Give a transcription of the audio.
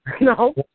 no